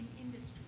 industry